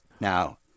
Now